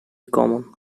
common